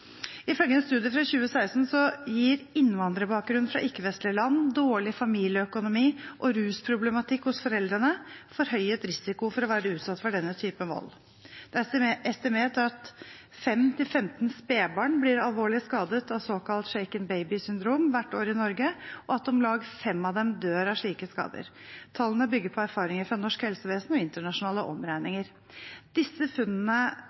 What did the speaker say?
Ifølge en studie fra 2016 gir innvandrerbakgrunn fra ikke-vestlige land, dårlig familieøkonomi og rusproblematikk hos foreldrene forhøyet risiko for å være utsatt for denne typen vold. Det er estimert at 5–15 spedbarn blir alvorlig skadet av såkalt Shaken Baby Syndrome hvert år i Norge, og at om lag fem av dem dør av slike skader. Tallene bygger på erfaringer fra norsk helsevesen og internasjonale omregninger. Disse funnene